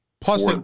Plus